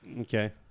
okay